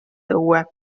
õue